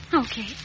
Okay